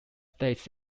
states